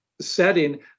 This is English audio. setting